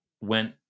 went